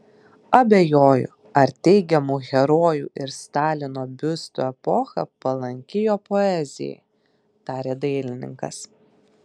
abejoju ar teigiamų herojų ir stalino biustų epocha palanki jo poezijai tarė dailininkas